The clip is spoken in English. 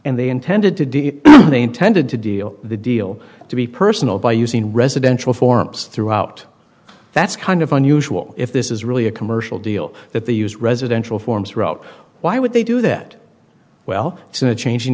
and they intended to do they intended to deal with a deal to be personal by using residential forms throughout that's kind of unusual if this is really a commercial deal that they use residential forms route why would they do that well in a changing